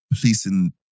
policing